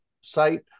site